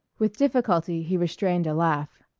with difficulty he restrained a laugh.